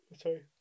Sorry